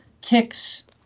Tick's